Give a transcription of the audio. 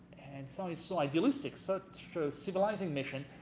and sounded so idealistic, such a civilizing mission,